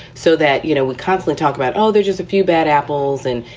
so that, you know, with constant talk about, oh, they're just a few bad apples and,